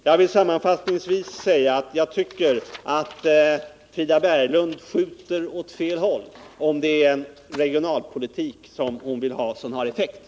Jag vill sammanfattningsvis säga att jag tycker att Frida Berglund skjuter åt fel håll, om hon vill ha en effektiv regionalpolitik.